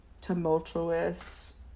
tumultuous